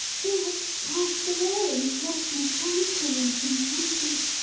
they have passed away, and left me tranquil and contented.